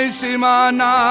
simana